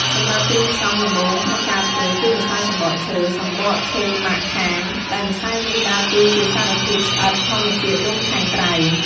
សម្រាប់គ្រឿងផ្សំដំបូងក្នុងការធ្វើ គឺម្សៅសំបកឈើ សំបកឈើម៉ាក់ខាង ដែលម្សៅនេះដើរតួជាសារធាតុស្អិតធម្មជាតិរុំខាងក្រៅ។